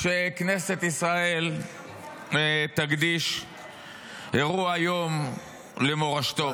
ראוי שכנסת ישראל תקדיש אירוע יום למורשתו.